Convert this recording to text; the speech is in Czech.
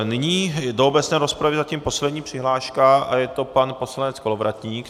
Nyní do obecné rozpravy zatím poslední přihláška a je to pan poslanec Kolovratník.